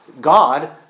God